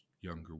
younger